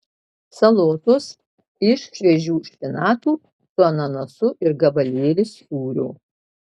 salotos iš šviežių špinatų su ananasu ir gabalėlis sūrio